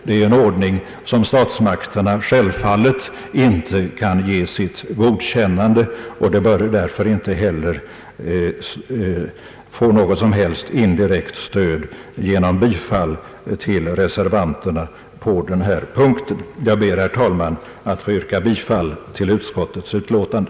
Det är en ordning som statsmakterna självfallet inte kan ge sitt godkännande till och som därför inte heller bör få något indirekt stöd genom ett bifall till reservationen på denna punkt. Jag ber, herr talman, att få yrka bifall till utskottets utlåtande.